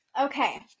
Okay